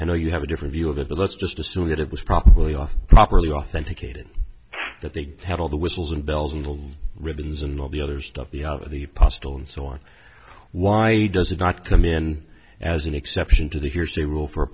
i know you have a different view of the let's just assume that it was probably all properly authenticated that they had all the whistles and bells little ribbons and all the other stuff the of the postal and so on why does it not come in as an exception to the hearsay rule for